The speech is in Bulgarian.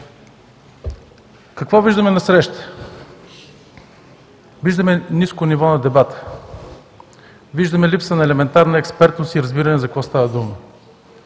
Какво виждаме насреща? Виждаме ниско ниво на дебата, виждаме липса на елементарна експертност и разбиране за какво става дума.